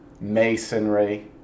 Masonry